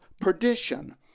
perdition